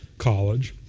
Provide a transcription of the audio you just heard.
college.